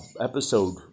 episode